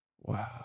Wow